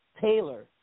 Taylor